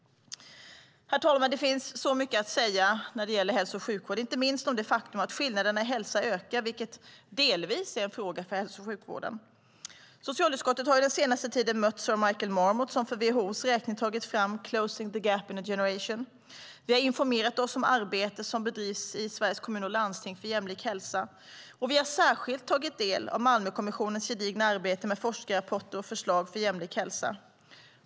Herr talman! Det finns så mycket att säga när det gäller hälso och sjukvård, inte minst om det faktum att skillnaderna i hälsa ökar, vilket delvis är en fråga för hälso och sjukvården. Socialutskottet har den senaste tiden mött Sir Michael Marmot som för WHO:s räkning tagit fram Closing the gap in a generation . Vi har informerat oss om arbetet som bedrivs i Sveriges Kommuner och Landsting för jämlik hälsa, och vi har särskilt tagit del av Malmökommissionens gedigna arbete med forskarrapporter och förslag för jämlik hälsa.